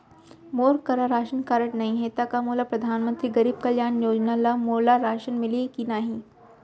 मोर करा ration card नहीं है त का मोल परधानमंतरी गरीब कल्याण योजना ल मोला राशन मिलही कि नहीं?